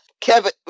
Kevin